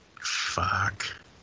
Fuck